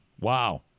wow